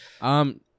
Um-